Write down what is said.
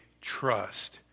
trust